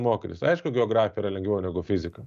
mokytis aišku geografija yra lengviau negu fizika